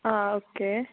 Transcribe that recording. ಹಾಂ ಓಕೆ